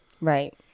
Right